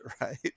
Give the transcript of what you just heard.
right